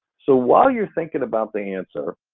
so while you're thinking about the answer,